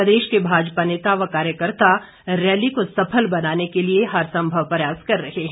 प्रदेश के भाजपा नेता व कार्यकर्ता रैली को सफल बनाने के लिए हरसंभव प्रयास कर रहे हैं